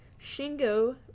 Shingo